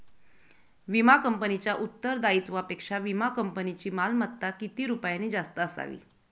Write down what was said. विमा कंपनीच्या उत्तरदायित्वापेक्षा विमा कंपनीची मालमत्ता किती रुपयांनी जास्त असावी?